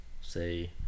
say